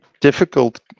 difficult